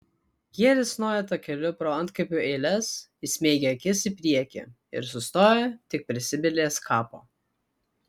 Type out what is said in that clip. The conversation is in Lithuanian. jie risnojo takeliu pro antkapių eiles įsmeigę akis į priekį ir sustojo tik prie sibilės kapo